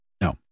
No